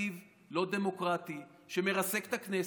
תכתיב לא דמוקרטי שמרסק את הכנסת?